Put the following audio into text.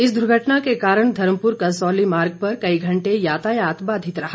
इस दुर्घटना के कारण धर्मपुर कसौली मार्ग पर कई घंटे यातायात बाधित रहा